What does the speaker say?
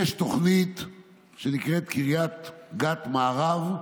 יש תוכנית שנקראת "קריית גת מערב",